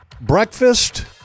breakfast